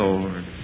Lord